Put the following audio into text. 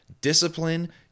discipline